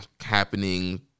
happening